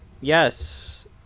yes